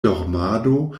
dormado